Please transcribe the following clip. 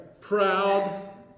proud